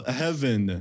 heaven